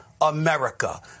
America